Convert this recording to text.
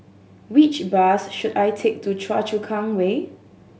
which bus should I take to Choa Chu Kang Way